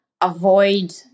avoid